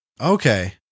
Okay